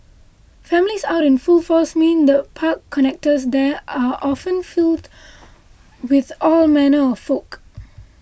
families out in full force mean the park connectors there are often filled with all manner of folk